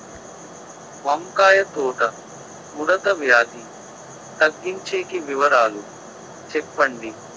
వంకాయ తోట ముడత వ్యాధి తగ్గించేకి వివరాలు చెప్పండి?